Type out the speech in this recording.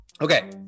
okay